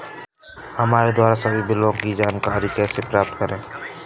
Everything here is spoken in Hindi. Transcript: हमारे द्वारा सभी बिलों की जानकारी कैसे प्राप्त करें?